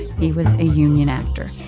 he was a union actor.